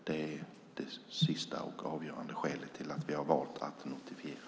Det är det sista och avgörande skälet till att vi har valt att notifiera.